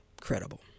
credible